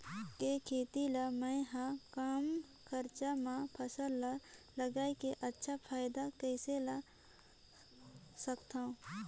के खेती ला मै ह कम खरचा मा फसल ला लगई के अच्छा फायदा कइसे ला सकथव?